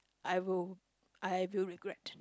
I will I will regret